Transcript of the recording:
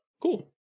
cool